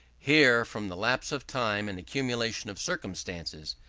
here, from the lapse of time and accumulation of circumstances,